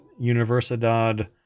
Universidad